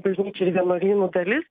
bažnyčių ir vienuolynų dalis